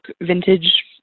vintage